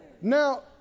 Now